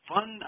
Fun